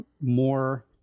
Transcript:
more